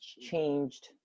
changed